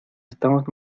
estamos